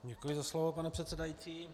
Děkuji za slovo, pane předsedající.